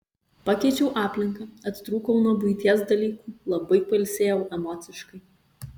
pakeičiau aplinką atitrūkau nuo buities dalykų labai pailsėjau emociškai